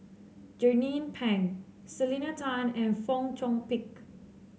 Jernnine Pang Selena Tan and Fong Chong Pik